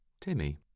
Timmy